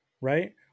Right